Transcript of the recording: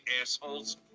assholes